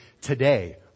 today